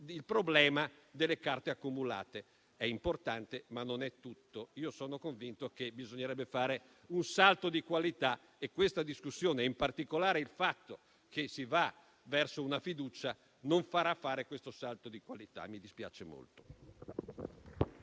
il problema delle carte accumulate. È importante, ma non è tutto. Sono convinto che bisognerebbe fare un salto di qualità e questa discussione, e in particolare il fatto che si vada verso una fiducia, non lo farà fare e mi dispiace molto.